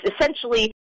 essentially